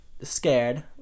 scared